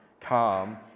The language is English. calm